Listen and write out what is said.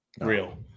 real